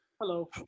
Hello